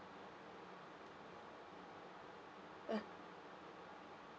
uh